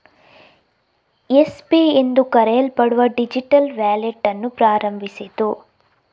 Yes Pay ಎಂದು ಕರೆಯಲ್ಪಡುವ digital wallet ಅನ್ನು ಪ್ರಾರಂಭಿಸಿತು